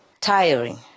tiring